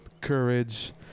Courage